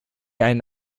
einen